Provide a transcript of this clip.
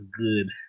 good